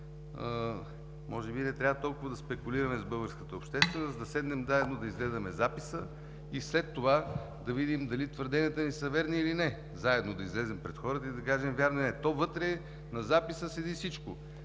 може би не трябва толкова да спекулираме с българската общественост. Да седнем заедно, да изгледаме записа и след това да видим дали твърденията Ви са верни или не. Заедно да излезем пред хората и да кажем: вярно е. То вътре на записа седи всичко: